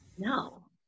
No